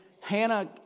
Hannah